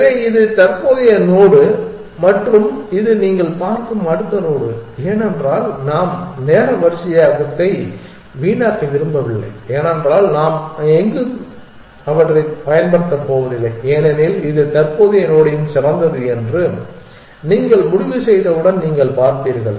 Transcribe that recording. எனவே இது தற்போதைய நோடு மற்றும் இது நீங்கள் பார்க்கும் அடுத்த நோடு ஏனென்றால் நாம் நேர வரிசையாக்கத்தை வீணாக்க விரும்பவில்லை ஏனென்றால் நாம் எங்கும் அவற்றைப் பயன்படுத்தப் போவதில்லை ஏனெனில் இது தற்போதைய நோடின் சிறந்தது என்று நீங்கள் முடிவு செய்தவுடன் நீங்கள் பார்ப்பீர்கள்